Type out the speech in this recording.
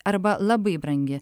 arba labai brangi